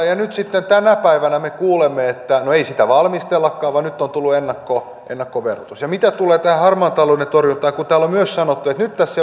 ja nyt sitten tänä päivänä kuulemme että ei sitä valmistellakaan vaan nyt on tullut ennakkoverotus ja mitä tulee tähän harmaan talouden torjuntaan kun täällä on myös sanottu että nyt tässä